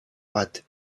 but